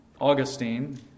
Augustine